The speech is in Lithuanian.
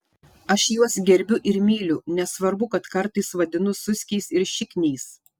aš juos gerbiu ir myliu nesvarbu kad kartais vadinu suskiais ir šikniais